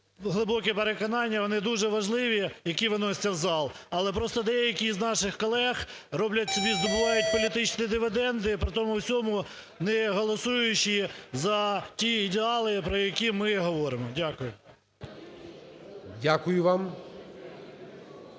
глибоке переконання, вони дуже важливі, які виносяться в зал, але просто деякі з наших колег роблять собі, здобувають політичні дивіденди, при тому всьому не голосуючи за ті ідеали, про які ми говоримо. Дякую. ГОЛОВУЮЧИЙ.